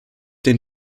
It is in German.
den